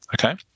okay